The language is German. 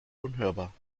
unhörbar